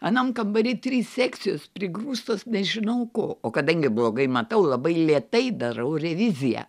anam kambary trys sekcijos prigrūstos nežinau ko o kadangi blogai matau labai lėtai darau reviziją